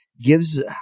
gives